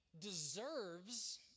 deserves